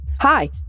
Hi